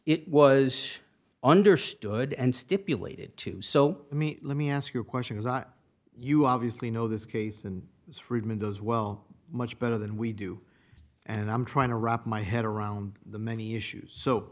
it was understood and stipulated to so i mean let me ask you a question as i you obviously know this case and friedman those well much better than we do and i'm trying to wrap my head around the many issues so